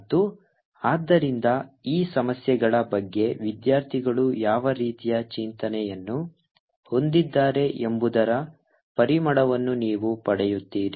ಮತ್ತು ಆದ್ದರಿಂದ ಈ ಸಮಸ್ಯೆಗಳ ಬಗ್ಗೆ ವಿದ್ಯಾರ್ಥಿಗಳು ಯಾವ ರೀತಿಯ ಚಿಂತನೆಯನ್ನು ಹೊಂದಿದ್ದಾರೆ ಎಂಬುದರ ಪರಿಮಳವನ್ನು ನೀವು ಪಡೆಯುತ್ತೀರಿ